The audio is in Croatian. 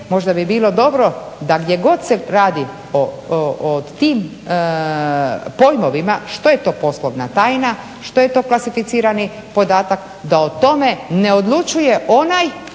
možda bi bilo dobro da gdje god se radi o tim pojmovima što je to poslovna tajna, što je to klasificirani podatak, da o tome ne odlučuje onaj